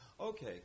okay